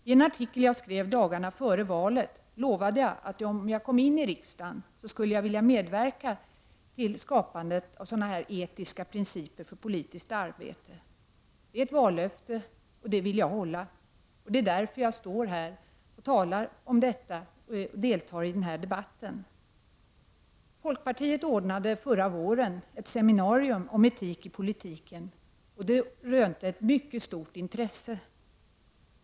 I en artikel som jag skrev dagarna före valet lovade jag att om jag kom in i riksdagen skulle jag vilja medverka till skapandet av etiska principer för politiskt arbete. Det är ett vallöfte, och det vill jag hålla. Det är därför jag står här och talar om detta och deltar i den här debatten. Folkpartiet anordnade förra våren ett seminarium om etik i politiken, och det rönte ett mycket stort intresse.